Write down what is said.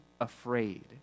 afraid